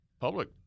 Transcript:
public